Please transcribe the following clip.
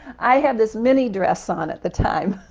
i had this mini-dress on at the time.